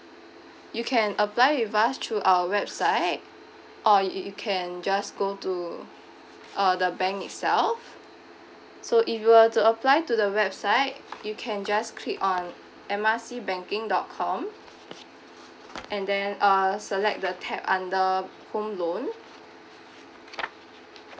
you can apply with us through our website or you you can just go to uh the bank itself so if you were to apply to the website you can just click on M R C banking dot com and then uh select the tab under home loan